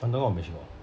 underground 我没有去过